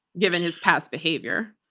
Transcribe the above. given his past behavior.